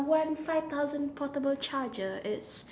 one five thousand portable charger it's